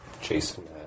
Jason